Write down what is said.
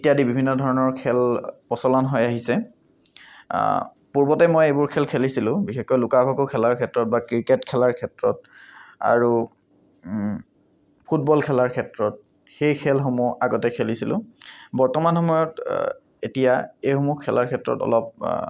ইত্যাদি বিভিন্ন ধৰণৰ খেল প্ৰচলন হৈ আহিছে পূৰ্বতে মই এইবোৰ খেল খেলিছিলো বিশেষকৈ লুকা ভাকু খেলাৰ ক্ষেত্ৰত ক্ৰিকেট খেলাৰ ক্ষেত্ৰত আৰু ফুটবল খেলাৰ ক্ষেত্ৰত সেই খেলসমূহ আগতে খেলিছিলো বৰ্তমান সময়ত এতিয়া এইসমূহ খেলাৰ ক্ষেত্ৰত অলপ